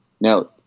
Now